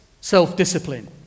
self-discipline